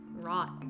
Rot